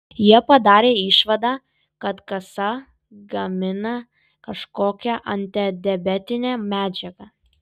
jie padarė išvadą kad kasa gamina kažkokią antidiabetinę medžiagą